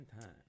time